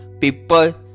people